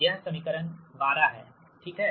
यह समीकरण 12 हैठीक है